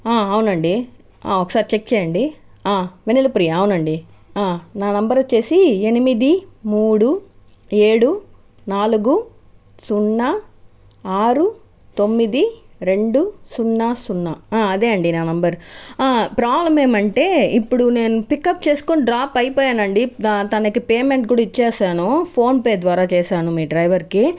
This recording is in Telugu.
అవునండి ఒకసారి చెక్ చేయండి వెన్నెల ప్రియ అవునండి నా నెంబర్ వచ్చేసి ఎనిమిది మూడు ఏడు నాలుగు సున్నా ఆరు తొమ్మిది రెండు సున్నా సున్నా అదేనండి నా నెంబర్ ప్రాబ్లం ఏమంటే ఇప్పుడు నేను పికప్ చేసుకొని డ్రాప్ అయిపోయాను అండి తనకి పేమెంట్ కూడా ఇచ్చేసాను ఫోన్పే ద్వారా చేశాను మీ డ్రైవర్కి